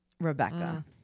Rebecca